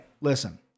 listen